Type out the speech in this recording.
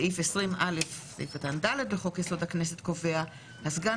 סעיף 20א(ד) לחוק-יסוד: הכנסת קובע: הסגן